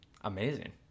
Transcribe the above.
amazing